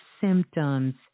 symptoms